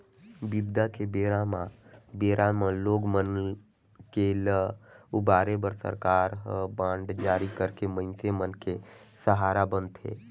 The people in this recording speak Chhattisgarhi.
बिबदा के बेरा म बेरा म लोग मन के ल उबारे बर सरकार ह बांड जारी करके मइनसे मन के सहारा बनथे